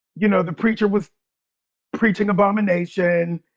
you know, the preacher was preaching abomination.